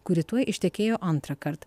kuri tuoj ištekėjo antrąkart